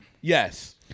Yes